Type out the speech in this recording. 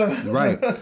Right